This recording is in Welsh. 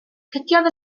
cydiodd